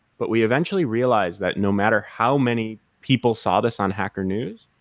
but we eventually realized that no matter how many people saw this on hacker news,